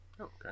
okay